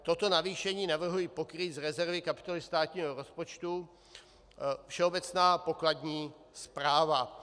Toto navýšení navrhuji pokrýt z rezervy kapitoly státního rozpočtu Všeobecná pokladní správa.